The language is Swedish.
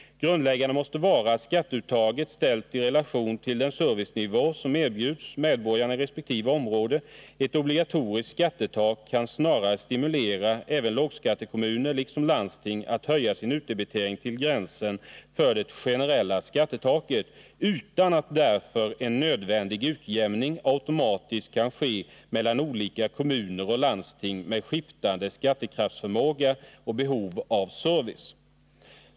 Grundläggande måste vara att skatteuttaget ställs i relation till den servicenivå som erbjuds medborgarna i resp. område. Ett obligatoriskt skattetak kan snarare stimulera även lågskattekommuner liksom landsting att höja sin utdebitering till gränsen för det generella skattetaket utan att därför en nödvändig utjämning automatiskt kan ske mellan olika kommuner och landsting med skiftande skattekraftsförmåga och behov av service.